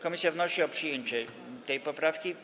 Komisja wnosi o przyjęcie tej poprawki.